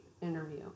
interview